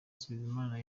bizimana